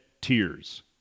tears